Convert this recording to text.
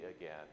again